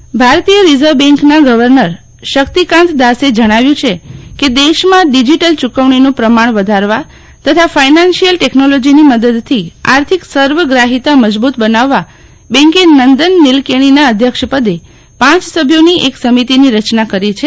આઈ ગવર્ન ભારતીય રિઝર્વ બેન્કના ગર્વનર શક્તિકાંત દાસે જણાવ્યું છે કે દેશમાં ડિજીટલ ચૂકવણીનું પ્રમાણ વધારવા તથા ફાઈન્સાસિયલ ટેકનોલોજીની મદદથી આર્થિક સર્વગ્રાહીતા મજબૂત બનાવવા બેન્કે નંદન નીલકેણીના અધ્યક્ષપદે પાંચ સભ્યોની એક સમિતિની રચના કરી છે